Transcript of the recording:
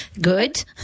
Good